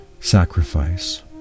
sacrifice